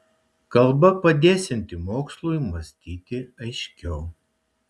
kalba padėsianti mokslui mąstyti aiškiau